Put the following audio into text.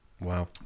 Wow